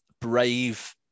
brave